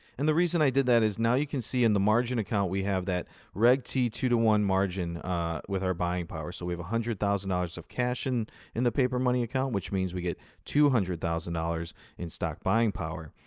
and the reason i did that is now you can see in the margin account we have that red t two to one margin with our buying power. so we've one hundred thousand dollars of cash and in the papermoney account, which means we get two hundred thousand dollars in stock buying power.